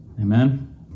Amen